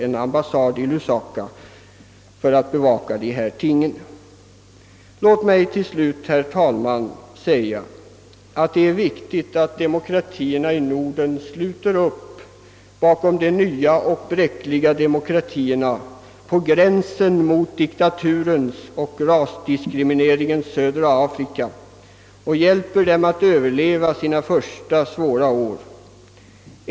En ambassad i Lusaka för att bevaka dessa frågor. Det är viktigt att demokratierna i Norden sluter upp bakom de nya och bräckliga demokratierna på gränsen mot diktaturens och rasdiskrimineringens södra Afrika och hjälper dem att komma över sina första svåra år.